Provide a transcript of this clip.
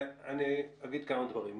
אני אגיד כמה דברים.